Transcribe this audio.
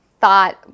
thought